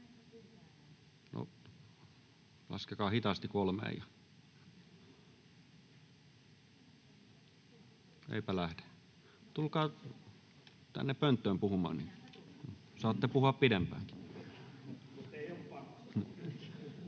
Laskekaa hitaasti kolmeen ja... Eipä lähde. Tulkaa tänne pönttöön puhumaan, niin saatte puhua pidempäänkin.